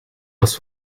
last